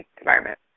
environment